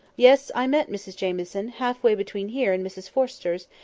yes! i met mrs jamieson, half-way between here and mrs forrester's,